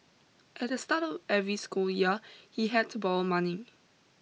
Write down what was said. at the start of every school year he had to borrow money